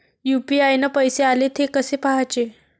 UPI न पैसे आले, थे कसे पाहाचे?